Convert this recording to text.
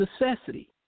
necessity